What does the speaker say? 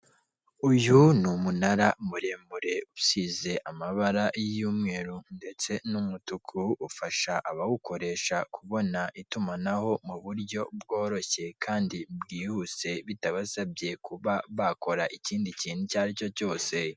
Uyu ni umunara muremure usize amabara y'umweru ndetse n'umutuku, ufasha abawukoresha kubona itumanaho mu buryo bworoshye kandi bwihuse bitabasabye kuba bakora ikindi kintu icyo ari cyo cyose.